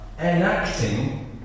enacting